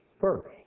first